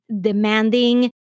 demanding